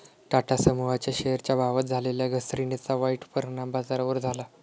टाटा समूहाच्या शेअरच्या भावात झालेल्या घसरणीचा वाईट परिणाम बाजारावर झाला